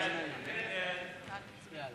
ההסתייגות של חבר הכנסת דב חנין לסעיף 2 לא